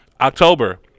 October